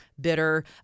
bitter